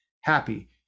happy